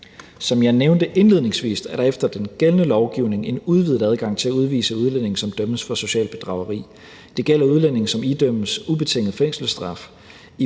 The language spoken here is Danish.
Som jeg nævnte indledningsvis, er der efter den gældende lovgivning en udvidet adgang til at udvise udlændinge, som dømmes for socialt bedrageri. Det gælder udlændinge, som idømmes ubetinget fængselsstraf.